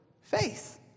faith